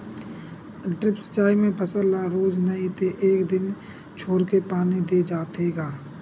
drip सिचई म फसल ल रोज नइ ते एक दिन छोरके पानी दे जाथे ग